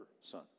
son